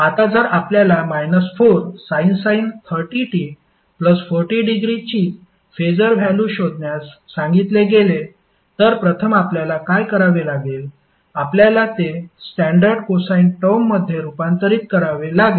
आता जर आपल्याला 4sin 30t40° ची फेसर व्हॅल्यु शोधण्यास सांगितले गेले तर प्रथम आपल्याला काय करावे लागेल आपल्याला ते स्टॅंडर्ड कोसाइन टर्ममध्ये रूपांतरित करावे लागेल